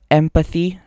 empathy